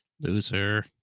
Loser